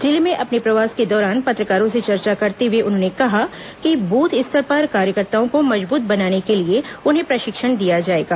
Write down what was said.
जिले में अपने प्रवास के दौरान पत्रकारों से चर्चा करते हुए उन्होंने कहा कि बूथ स्तर पर कार्यकर्ताओं को मजबूत बनाने के लिए उन्हें प्रशिक्षण दिया जाएगा